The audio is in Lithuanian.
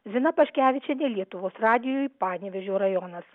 zina paškevičienė lietuvos radijui panevėžio rajonas